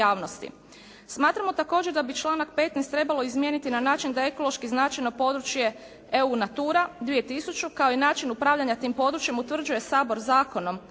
Smatramo također da bi članak 15. trebalo izmijeniti na način da ekološki značajno područje "EU natura 2000" kao i način upravljanja tim područjem utvrđuje Sabor zakonom,